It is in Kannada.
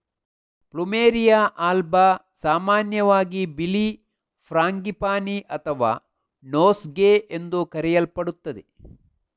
ಪ್ಲುಮೆರಿಯಾ ಆಲ್ಬಾ ಸಾಮಾನ್ಯವಾಗಿ ಬಿಳಿ ಫ್ರಾಂಗಿಪಾನಿ ಅಥವಾ ನೋಸ್ಗೇ ಎಂದು ಕರೆಯಲ್ಪಡುತ್ತದೆ